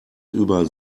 über